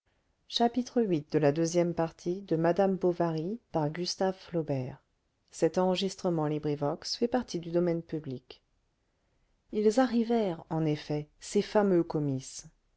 ils arrivèrent en effet ces fameux comices